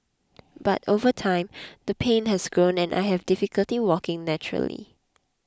but over time the pain has grown and I have difficulty walking naturally